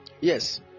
yes